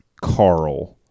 Carl